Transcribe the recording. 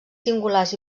singulars